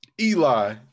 Eli